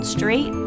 Street